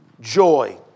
joy